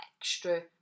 extra